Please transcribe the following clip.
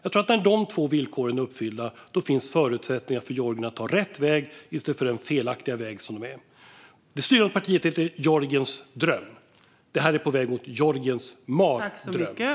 När dessa två villkor är uppfyllda tror jag att det finns förutsättningar för Georgien att ta rätt väg i stället för den felaktiga väg som landet är inne på. Det styrande partiet heter Georgisk dröm; det här är på väg mot en georgisk mardröm.